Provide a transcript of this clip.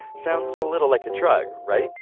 sounds a little like a drug, right?